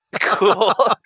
Cool